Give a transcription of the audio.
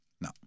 No